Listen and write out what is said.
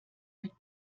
mit